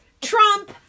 Trump